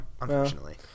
unfortunately